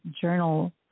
Journal